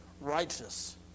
righteous